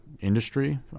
industry